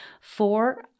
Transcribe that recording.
Four